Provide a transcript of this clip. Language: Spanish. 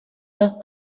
los